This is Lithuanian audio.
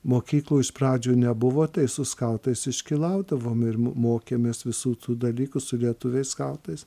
mokyklų iš pradžių nebuvo tai su skautais iškylaudavom ir mokėmės visų tų dalykų su lietuviais skautais